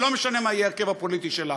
ולא משנה מה יהיה ההרכב הפוליטי שלה: